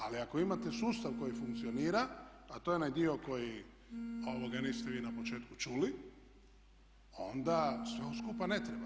Ali ako imate sustav koji funkcionira a to je onaj dio koji niste vi na početku čuli onda sve ovo skupa ne treba.